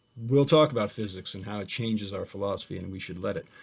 we'll talk about physics and how it changes our philosophy and we should left it.